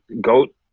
Goat